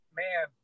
man